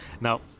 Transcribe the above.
Now